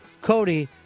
Cody